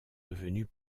devenus